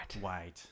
White